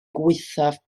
gwaethaf